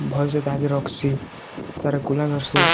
ଭଲ୍ ସେ ତାହାକେ ରଖ୍ସି ତା'ର୍ କୂଲେ ଧର୍ସି